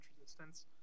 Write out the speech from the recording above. resistance